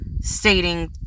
stating